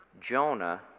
Jonah